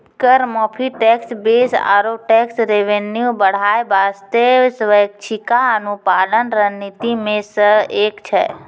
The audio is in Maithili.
कर माफी, टैक्स बेस आरो टैक्स रेवेन्यू बढ़ाय बासतें स्वैछिका अनुपालन रणनीति मे सं एक छै